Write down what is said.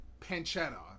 pancetta